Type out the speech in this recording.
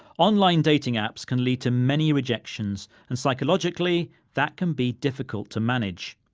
online dating apps can lead to many rejections and psychologically that can be difficult to manage.